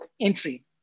entry